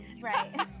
right